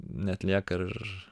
neatlieka ir